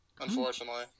unfortunately